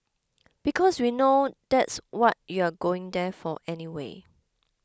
because we know that's what you're going there for anyway